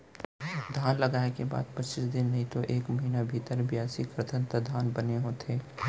धान लगाय के बाद पचीस दिन नइतो एक महिना भीतर बियासी करथन त धान बने होथे